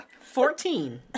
Fourteen